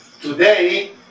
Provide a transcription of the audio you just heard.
Today